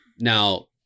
now